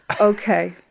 Okay